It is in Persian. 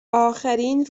اخرین